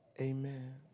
Amen